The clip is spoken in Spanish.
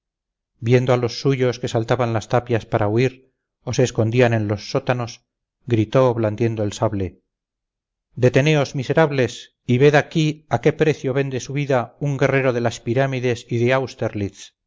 viendo a los suyos que saltaban las tapias para huir o se escondían en los sótanos gritó blandiendo el sable deteneos miserables y ved aquí a qué precio vende su vida un guerrero de las pirámides y